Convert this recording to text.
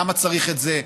למה צריך את זה?